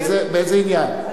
באיזה עניין?